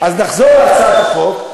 נחזור להצעת החוק.